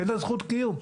אין לה זכות קיום.